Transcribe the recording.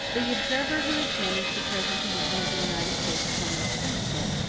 the observer who examines the present condition of the united states upon this principle,